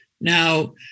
Now